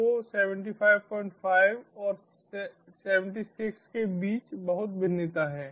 तो 755 और 76 के बीच बहुत भिन्नता है